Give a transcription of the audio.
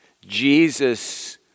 Jesus